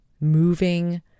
moving